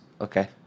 Okay